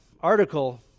article